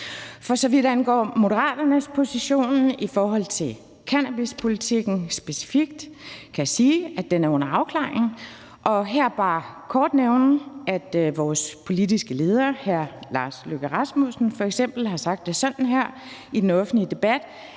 For så vidt angår Moderaternes position i forhold til cannabispolitikken specifikt, kan jeg sige, at den er under afklaring, og her bare kort nævne, at vores politiske leder, hr. Lars Løkke Rasmussen, f.eks. har sagt det sådan her i den offentlige debat: